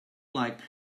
like